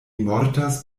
mortas